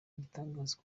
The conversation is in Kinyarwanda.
igitangaza